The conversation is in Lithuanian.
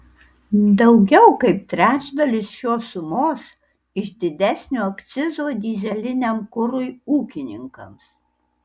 daugiau kaip trečdalis šios sumos iš didesnio akcizo dyzeliniam kurui ūkininkams